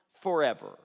forever